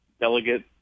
delegate